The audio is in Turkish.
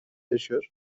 yaşıyor